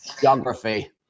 geography